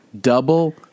double